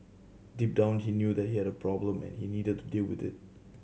deep down he knew that he had a problem and he needed to deal with it